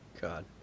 God